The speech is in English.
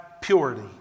purity